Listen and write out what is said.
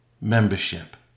membership